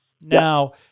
Now